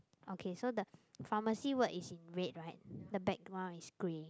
okay so the pharmacy word is in red right the background is grey